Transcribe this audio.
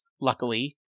luckily